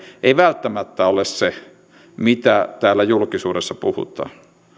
ei välttämättä ole se mitä täällä julkisuudessa puhutaan